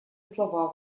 слова